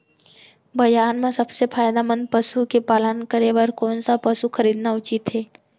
बजार म सबसे फायदामंद पसु के पालन करे बर कोन स पसु खरीदना उचित हे?